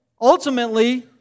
ultimately